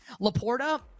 Laporta